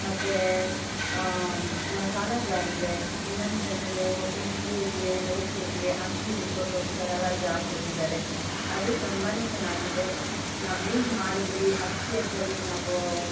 ಮತ್ತು ಮಸಾಲ ಜಾರಿದೆ ಇನ್ನೊಂದು ಬಂದು ಇಡ್ಲೀಗೆ ದೋಸೆಗೆ ಅಕ್ಕಿ ರುಬ್ಬಕ್ಕೋಸ್ಕರ ಆ ಜಾರ್ ಕೊಟ್ಟಿದಾರೆ ಅದು ತುಂಬ ಚೆನ್ನಾಗಿದೆ ನಾವು ಯೂಸ್ ಮಾಡಿದ್ರಿ ಅಕ್ಕಿ ಅದರಲ್ಲಿ ನಾವು